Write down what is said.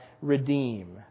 redeem